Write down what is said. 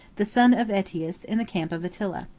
the son of aetius, in the camp of attila.